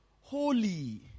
holy